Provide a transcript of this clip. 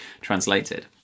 translated